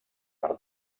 per